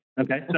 Okay